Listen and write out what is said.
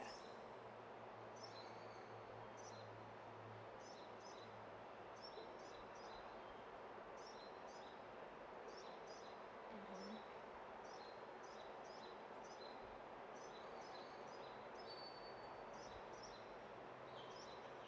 mmhmm